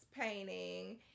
painting